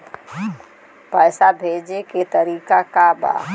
पैसा भेजे के तरीका का बा?